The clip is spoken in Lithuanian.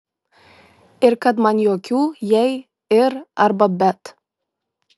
ir kad man jokių jei ir arba bet